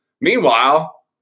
Meanwhile